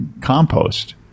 compost